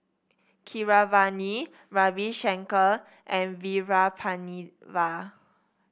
Keeravani Ravi Shankar and Veerapandiya